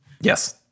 Yes